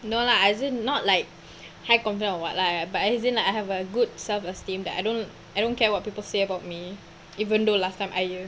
no lah as in not like high confidence or what lah but as in like I have a good self esteem that I don't I don't care what people say about me even though last time I err